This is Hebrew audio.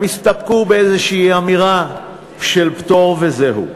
הם הסתפקו באיזושהי אמירה של פטור, וזהו,